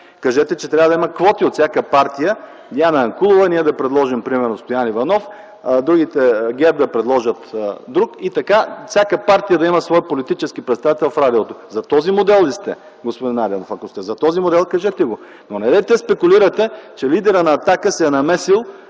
Кажете, че трябва да има квоти от всяка партия – Диана Янкулова, ние да предложим примерно Стоян Иванов, ГЕРБ да предложи друг и така всяка партия да има свой политически представител в радиото. За този модел ли сте, господин Найденов? Ако сте за този модел, кажете го! Но недейте да спекулирате, че лидерът на „Атака” се намесил